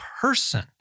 person